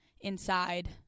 inside